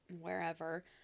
wherever